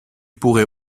pourrait